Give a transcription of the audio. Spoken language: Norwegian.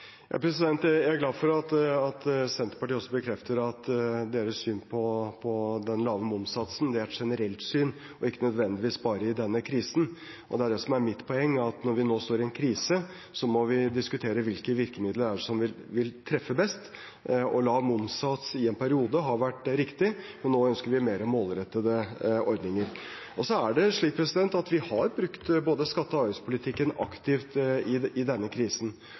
Jeg er glad for at Senterpartiet også bekrefter at deres syn på den lave momssatsen er et generelt syn og ikke nødvendigvis bare i denne krisen. Det er det som er mitt poeng, at når vi nå står i en krise, må vi diskutere hvilke virkemidler det er som vil treffe best. Lav momssats i en periode har vært riktig, men nå ønsker vi mer målrettede ordninger. Så er det slik at vi har brukt både skatte- og avgiftspolitikken aktivt i denne krisen,